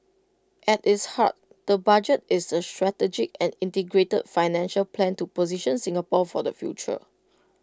at its heart the budget is A strategic and integrated financial plan to position Singapore for the future